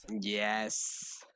yes